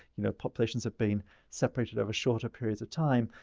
you know, populations have been separated over shorter periods of time.